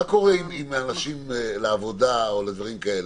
מה קורה אם אנשים צריכים לצאת לעבודה או לדברים כאלה?